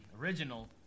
original